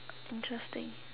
interesting